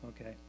okay